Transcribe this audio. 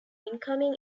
incoming